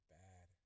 bad